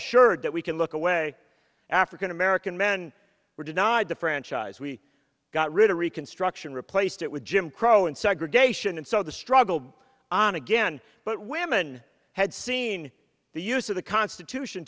sure that we can look away african american men were denied the franchise we got rid of reconstruction replaced it with jim crow and segregation and so the struggle on again but women had seen the use of the constitution